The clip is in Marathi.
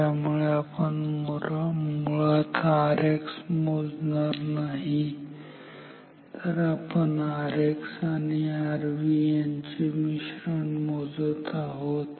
त्यामुळे आपण मुळात Rx मोजणार नाही तर आपण Rx आणि Rv यांचे समांतर मिश्रण मोजत आहोत